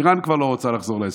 איראן כבר לא רוצה לחזור להסכם.